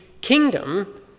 kingdom